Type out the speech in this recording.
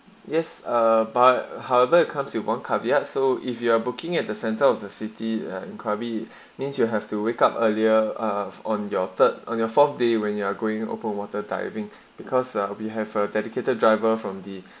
yes uh by however comes with one caveat so if you are working at the center of the city and curvy means you have to wake up earlier on your turn on your fourth day when you're going open water diving because we have a dedicated driver from the